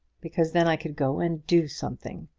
because then i could go and do something.